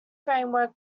framework